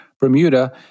Bermuda